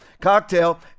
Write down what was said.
cocktail